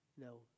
No